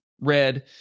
red